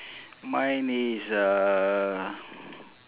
mine is uh